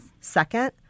Second